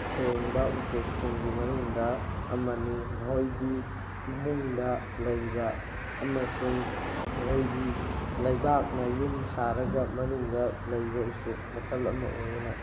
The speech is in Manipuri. ꯁꯦꯡꯕ ꯎꯆꯦꯛꯁꯤꯡꯒꯤ ꯃꯅꯨꯡꯗ ꯑꯃꯅꯤ ꯃꯈꯣꯏꯗꯤ ꯏꯃꯨꯡꯗ ꯂꯩꯕ ꯑꯃꯁꯨꯡ ꯃꯈꯣꯏꯗꯤ ꯂꯩꯕꯥꯛꯅ ꯌꯨꯝ ꯁꯥꯔꯒ ꯃꯅꯨꯡꯗ ꯂꯩꯕ ꯎꯆꯦꯛ ꯃꯈꯜ ꯑꯃ ꯑꯣꯏꯕꯅ